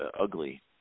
ugly